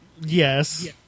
Yes